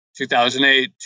2008